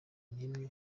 nimwe